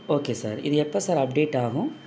okay sir இது எப்போ sir update ஆகும்